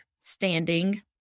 standing